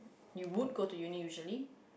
you would go to uni usually